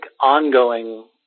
ongoing